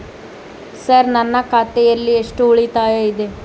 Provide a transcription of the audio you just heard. Sir ನನ್ನ ಖಾತೆಯಲ್ಲಿ ಎಷ್ಟು ಉಳಿತಾಯ ಇದೆ?